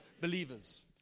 believers